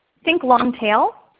think long tail.